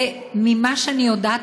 וממה שאני יודעת,